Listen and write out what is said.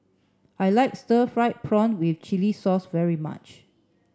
I like stir fried prawn with chili sauce very much